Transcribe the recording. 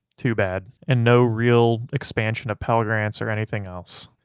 too bad, and no real expansion of pell grants or anything else.